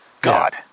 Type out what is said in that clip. God